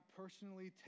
personally